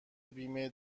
بیمه